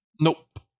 Nope